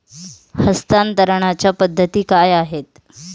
हस्तांतरणाच्या पद्धती काय आहेत?